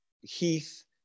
Heath